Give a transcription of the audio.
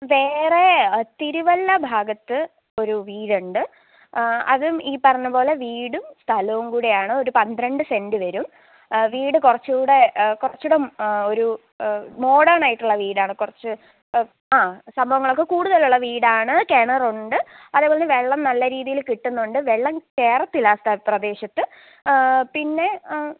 വേറെ തിരുവല്ല ഭാഗത്ത് ഒരു വീടുണ്ട് അതും ഈ പറഞ്ഞ പോലെ വീടും സ്ഥലവും കൂടെയാണ് ഒരു പന്ത്രണ്ട് സെൻറ്റ് വരും വീട് കുറച്ചൂടെ കുറച്ചൂടെ ഒരു മോഡർണായിട്ടുള്ള വീടാണ് കുറച്ച് ആ സംഭവങ്ങളൊക്കെ കൂടുതലുള്ള വീടാണ് കിണറുണ്ട് അതേപോലെ വെള്ളം നല്ല രീതീൽ കിട്ടുന്നുണ്ട് വെള്ളം കയറത്തില്ല ആ പ്രദേശത്ത് പിന്നെ